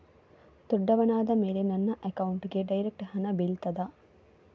ದೊಡ್ಡವನಾದ ಮೇಲೆ ನನ್ನ ಅಕೌಂಟ್ಗೆ ಡೈರೆಕ್ಟ್ ಹಣ ಬೀಳ್ತದಾ?